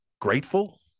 Grateful